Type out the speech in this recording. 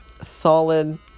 Solid